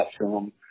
film